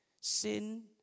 Sin